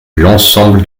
l’ensemble